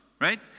right